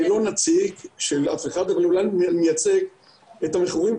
אני לא נציג אבל אולי אני מייצג את המכורים,